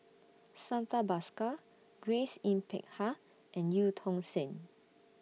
Santha Bhaskar Grace Yin Peck Ha and EU Tong Sen